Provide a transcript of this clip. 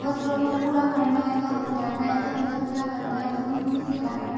फसलों को पूरा करना है कब हटाना है कब इकट्ठा करना है कब इनमें से दाना